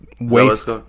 Waste